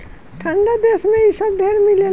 ठंडा देश मे इ सब ढेर मिलेला